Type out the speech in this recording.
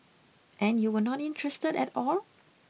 and you were not interested at all